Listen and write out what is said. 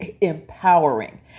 empowering